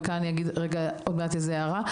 וכאן אני אגיד עוד מעט איזו הערה.